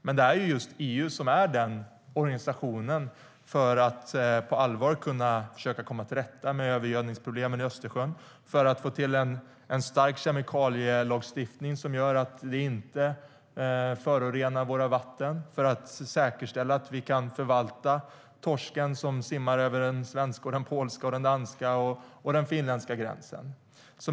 Men EU är den organisation som på allvar kan försöka att komma till rätta med övergödningsproblemen i Östersjön, få till en stark kemikalielagstiftning som gör att vi inte förorenar våra vatten och som kan säkerställa att vi kan förvalta torsken som simmar över de svenska, polska, danska och finländska gränserna.